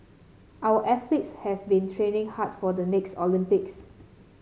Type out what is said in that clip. our athletes have been training hard for the next Olympics